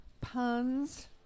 puns